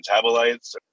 metabolites